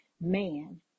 man